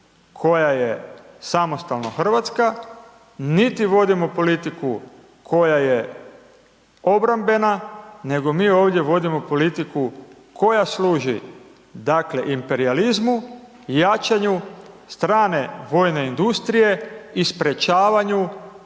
koja je samostalno hrvatska, niti vodimo politiku koja je obrambena, nego mi ovdje vodimo politiku koja služi, dakle, imperijalizmu i jačanju strane vojne industrije i sprječavanju